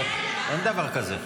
אין דבר כזה.